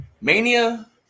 Mania